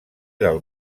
del